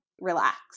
relax